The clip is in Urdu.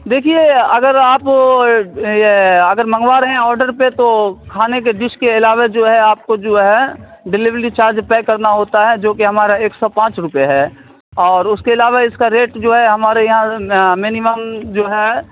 دیکھیے اگر آپ وہ یہ اگر منگوا رہے ہیں اوڈر پہ تو کھانے کے ڈش کے علاوہ جو ہے آپ کو جو ہے ڈلیوری چارج پے کرنا ہوتا ہے جو کہ ہمارا ایک سو پانچ روپے ہے اور اس کے علاوہ اس کا ریٹ جو ہے ہمارے یہاں مینیمم جو ہے